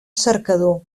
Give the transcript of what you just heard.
cercador